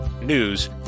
news